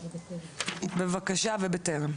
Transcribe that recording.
בבקשה.